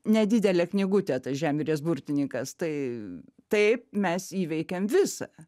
nedidelė knygutė ta žemjūrės burtininkas tai taip mes įveikėm visą